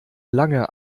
lange